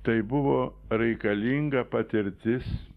tai buvo reikalinga patirtis